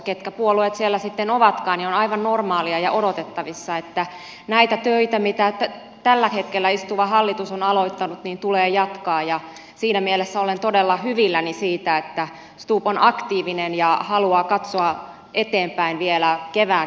mitkä puolueet siellä sitten ovatkaan on aivan normaalia ja odotettavissa että näitä töitä mitä tällä hetkellä istuva hallitus on aloittanut tulee jatkaa ja siinä mielessä olen todella hyvilläni siitä että stubb on aktiivinen ja haluaa katsoa eteenpäin vielä keväänkin asioita